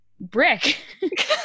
brick